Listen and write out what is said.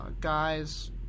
Guys